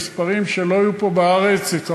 למספרים שלא היו פה בארץ של עובדים זרים,